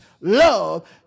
love